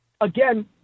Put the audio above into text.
again